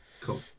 Cool